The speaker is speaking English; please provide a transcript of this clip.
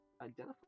Identify